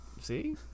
See